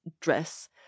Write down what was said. dress